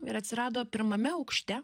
ir atsirado pirmame aukšte